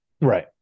Right